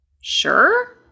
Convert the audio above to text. Sure